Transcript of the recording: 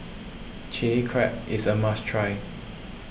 Chilli Crab is a must try